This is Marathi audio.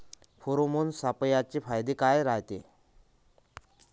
फेरोमोन सापळ्याचे फायदे काय रायते?